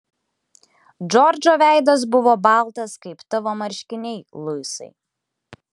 džordžo veidas buvo baltas kaip tavo marškiniai luisai